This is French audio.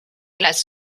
glace